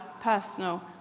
personal